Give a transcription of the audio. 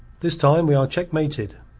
this time we are checkmated.